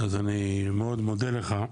אז אני מאוד מודה לך.